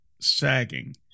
sagging